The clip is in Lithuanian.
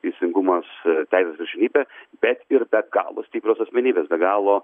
teisingumas teisės viršenybė bet ir be galo stiprios asmenybės be galo